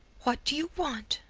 what do you want?